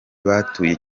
batuye